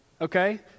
Okay